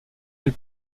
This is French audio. elle